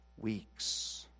weeks